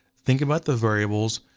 think about the variables,